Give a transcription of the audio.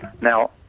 Now